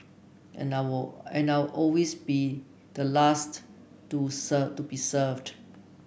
and I'll and I'll always be the last to to be served